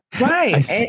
right